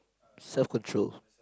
self control